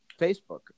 Facebook